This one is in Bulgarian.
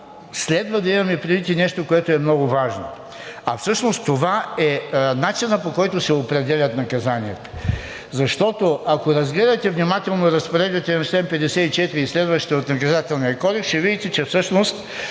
следва да имаме предвид и нещо, което е много важно, а всъщност това е начинът, по който се определят наказанията. Защото, ако разгледате внимателно разпоредбите на чл. 54 и следващите от Наказателния кодекс, ще видите, че всъщност